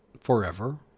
forever